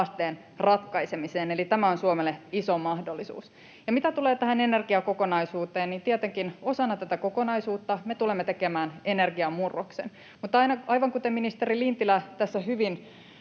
haasteen ratkaisemiseen, eli tämä on Suomelle iso mahdollisuus. Ja mitä tulee tähän energiakokonaisuuteen, niin tietenkin osana tätä kokonaisuutta me tulemme tekemään energiamurroksen. Mutta aivan kuten ministeri Lintilä tässä hyvin